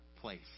place